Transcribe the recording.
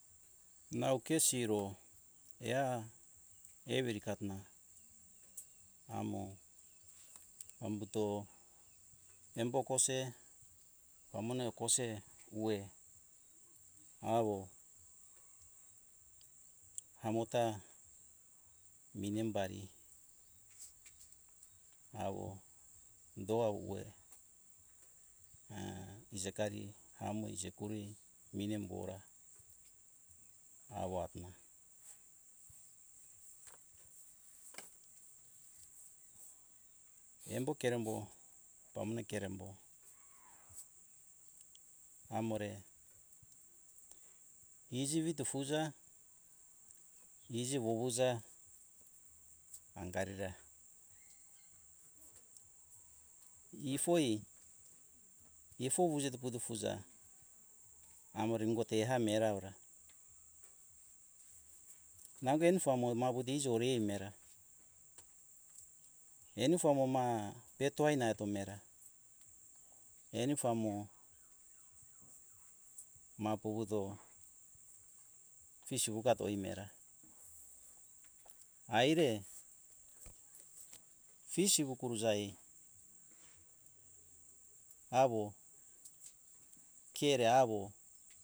Nau ke siro eha eviri katona amo ambuto embo kose pamone kose uwe awo amota minembari awo doauwe ijekari amo uje kuri minim bora awa atona embo kerembo pamone kerembo amore iji wito fuza iji wowoza angarira efoi ifoi puto wuzito fuza amore ingo te hamera aura nango enifo amo mawi dizore imera enifo amo ma eto ainato mara enifo amo ma puvuto fisu ugato imera aire fisi wu kurujae awo kere awo